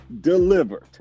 delivered